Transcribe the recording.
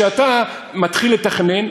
שאתה מתחיל לתכנן,